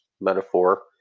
metaphor